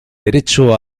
derecho